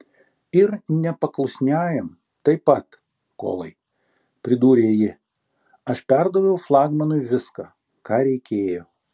ir nepaklusniajam taip pat kolai pridūrė ji aš perdaviau flagmanui viską ką reikėjo